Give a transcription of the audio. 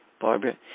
Barbara